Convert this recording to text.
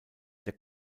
der